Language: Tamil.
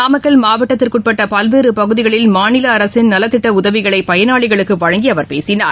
நாமக்கல் மாவட்டத்திற்கு உட்பட்ட பல்வேறு பகுதிகளில் மாநில அரசின் நலத்திட்ட உதவிகளை பயனாளிகளுக்கு வழங்கி அவர் பேசினார்